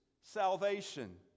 salvation